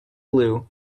blue